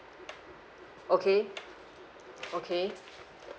okay okay